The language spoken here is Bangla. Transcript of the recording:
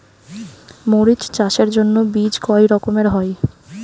মরিচ চাষের জন্য বীজ কয় রকমের হয়?